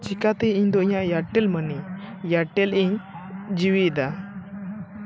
ᱪᱮᱠᱟᱛᱮ ᱤᱧᱫᱚ ᱤᱧᱟᱹᱜ ᱮᱭᱟᱨᱴᱮᱞ ᱢᱟᱱᱤ ᱮᱭᱟᱨᱴᱮᱞ ᱤᱧ ᱡᱤᱣᱤᱫᱟ